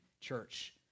church